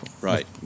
Right